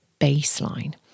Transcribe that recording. baseline